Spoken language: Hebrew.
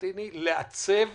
הפלסטיני לעצב